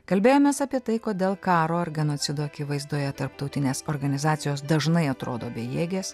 kalbėjomės apie tai kodėl karo ar genocido akivaizdoje tarptautinės organizacijos dažnai atrodo bejėgės